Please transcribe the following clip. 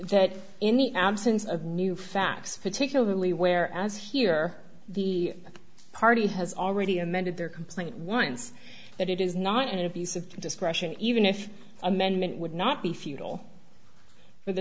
that in the absence of new facts particularly where as here the party has already amended their complaint once that it is not an abuse of discretion even if amendment would not be futile for the